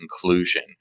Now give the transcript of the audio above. conclusion